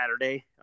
Saturday